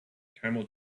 camel